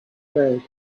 bed